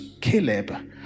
Caleb